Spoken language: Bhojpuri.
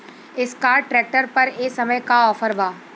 एस्कार्ट ट्रैक्टर पर ए समय का ऑफ़र बा?